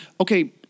okay